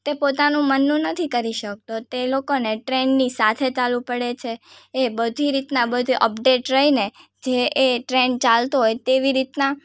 તે પોતાનું મનનું નથી કરી શકતો તે લોકોને ટ્રેન્ડની સાથે ચાલવું પડે છે એ બધી રીતના બધે અપડેટ રહીને જે એ ટ્રેન્ડ ચાલતો હોય તેવી રીતના